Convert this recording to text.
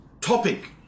topic